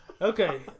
Okay